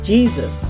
Jesus